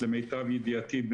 למיטב ידיעתי,